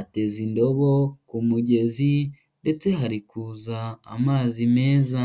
ateze indobo ku mugezi ndetse hari kuza amazi meza.